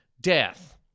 death